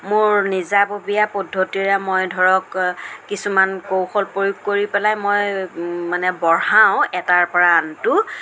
মোৰ নিজাববীয়া পদ্ধতিৰে মই ধৰক কিছুমান কৌশল প্ৰয়োগ কৰি পেলাই মই মানে বঢ়াও এটাৰ পৰা আনটো